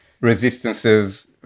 resistances